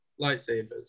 lightsabers